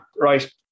Right